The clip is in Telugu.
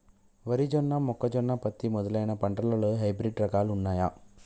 వరి జొన్న మొక్కజొన్న పత్తి మొదలైన పంటలలో హైబ్రిడ్ రకాలు ఉన్నయా?